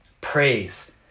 Praise